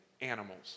animals